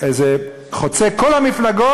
זה חוצה את כל המפלגות,